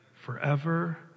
Forever